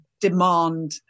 demand